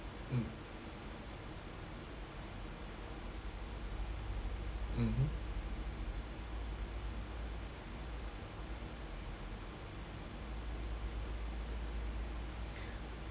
mm mmhmm